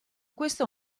questo